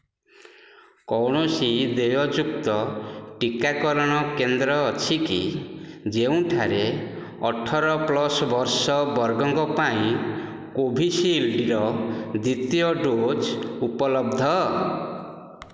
କୌଣସି ଦେୟଯୁକ୍ତ ଟିକାକରଣ କେନ୍ଦ୍ର ଅଛି କି ଯେଉଁଠାରେ ଅଠର ପ୍ଲସ ବର୍ଷ ବର୍ଗଙ୍କ ପାଇଁ କୋଭିଶିଲ୍ଡ୍ର ଦ୍ୱିତୀୟ ଡୋଜ୍ ଉପଲବ୍ଧ